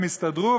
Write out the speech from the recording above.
הם הסתדרו,